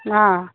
অঁ